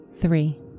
three